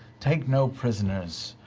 take no prisoners.